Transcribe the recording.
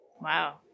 Wow